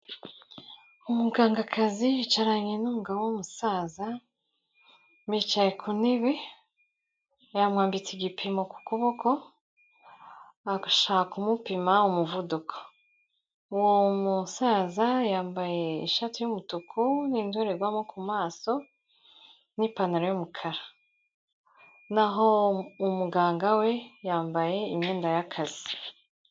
Umugangakazi yicaranye n'umugabo w'umusaza, bicaye ku ntebe, bamwambitse igipimo ku kuboko, bagashaka kumupima umuvuduko. Uwo musaza yambaye ishati y'umutuku n'indorerwamo ku maso n'ipantaro y'umukara, naho umuganga we yambaye imyenda y'akazi.